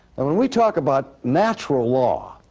and when we talk about natural law,